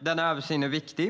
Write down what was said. Denna översyn är viktig.